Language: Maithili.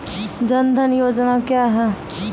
जन धन योजना क्या है?